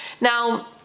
Now